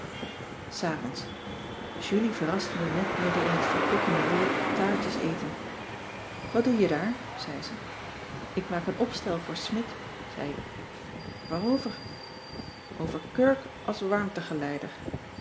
s avonds julie verraste me net middenin het verkwikkende woord taartjeseten wat doe je daar zei ze ik maak een opstel voor smidt zei ik waarover over kurk als warmtegeleider